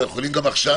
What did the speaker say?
ואנחנו יכולים גם עכשיו,